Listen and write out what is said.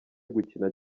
gukina